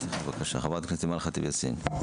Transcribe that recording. בבקשה, חברת הכנסת אימאן ח'טיב יאסין.